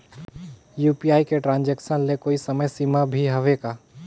UPI के transaction ले कोई समय सीमा भी हवे का?